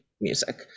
music